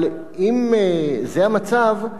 אבל אם זה המצב,